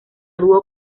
dúo